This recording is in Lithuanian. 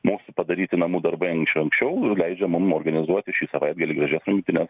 mūsų padaryti namų darbai iš anksčiau leidžia mum organizuoti šį savaitgalį gražias rungtynes